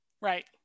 Right